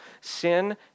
Sin